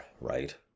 right